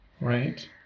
Right